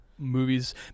Movies